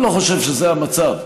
אני לא חושב שזה המצב.